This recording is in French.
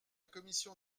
commission